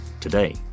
Today